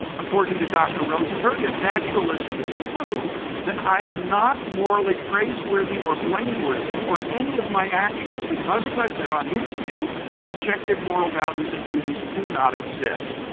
according to dr. rosenberg, if naturalism is true then i am not morally praiseworthy or blameworthy for any of my actions because, as i said, on his view objective moral values and duties do not exist.